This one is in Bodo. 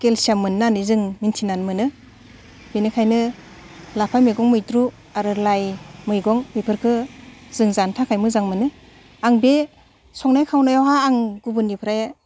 केलसियाम मोनो होननानै जों मोन्थिनानै मोनो बिनिखायनो लाफा मैगं मैद्रु आरो लाइ मैगं बेफोरखो जों जानो थाखाय मोजां मोनो आं बे संनाय खावनायावहा आं गुबुननिफ्राय